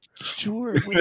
sure